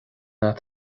agat